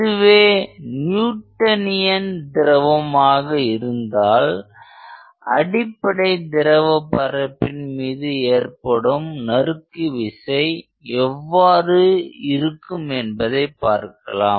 இதுவே நியூட்டனியன் திரவமாக இருந்தால் அடிப்படை திரவ பரப்பின் மீது ஏற்படும் நறுக்கு விசை எவ்வாறு இருக்கும் என்பதை பார்க்கலாம்